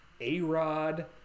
A-Rod